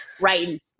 right